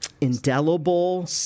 indelible